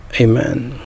Amen